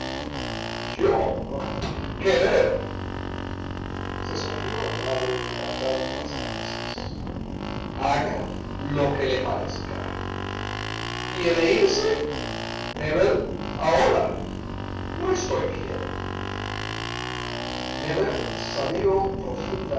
se sonrió la madre dilatando las narices haga lo que le parezca quiere irse nébel ahora no estoy bien nébel salió